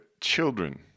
children